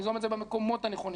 ניזום את זה במקומות הנכונים,